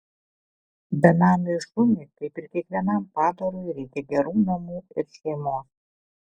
benamiui šuniui kaip ir kiekvienam padarui reikia gerų namų ir šeimos